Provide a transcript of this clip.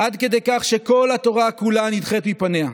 עד כדי כך שכל התורה כולה נדחית מפניה.